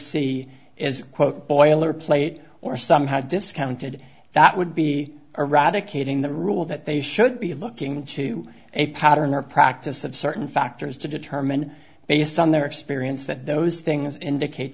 see is quote boilerplate or somehow discounted that would be a rather kidding the rule that they should be looking into a pattern or practice of certain factors to determine based on their experience that those things indicates